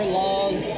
laws